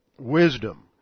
Wisdom